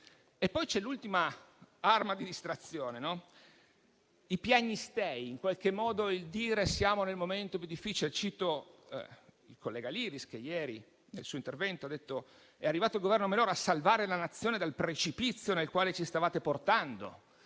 poi l'ultima arma di distrazione: i piagnistei con cui si dice che siamo nel momento più difficile; cito il collega Liris, che ieri nel suo intervento ha detto: «È arrivato il Governo Meloni a salvare la Nazione dal precipizio nel quale ci stavate portando».